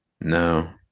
no